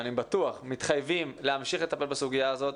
בטוח שאנחנו מתחייבים להמשיך לטפל בסוגיה הזאת.